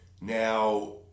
Now